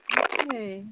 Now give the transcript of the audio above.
okay